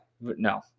No